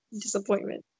disappointment